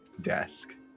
desk